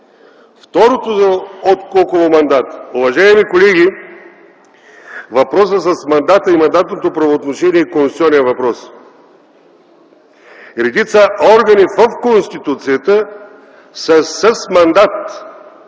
Второто – мандатът. Уважаеми колеги, въпросът с мандата и мандатното правоотношение е конституционен въпрос. Редица органи в Конституцията са с мандат!